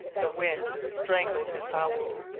the wind strangled his howls.